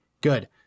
good